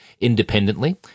Independently